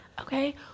Okay